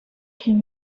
can